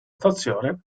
stazione